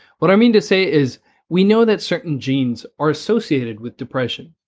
what i mean to say is we know that certain genes are associated with depression.